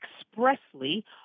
expressly